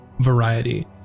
variety